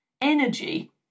energy